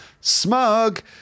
Smug